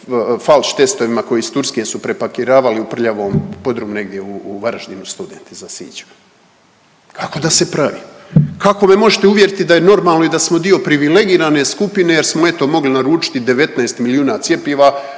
falš testovima koje iz Turske su prepakiravali u prljavom podrumu negdje u Varaždinu studenti za siću, kako da se pravim? Kako me možete uvjeriti da je normalno i da smo dio privilegirane skupine jer smo eto mogli naručiti 19 milijuna cjepiva,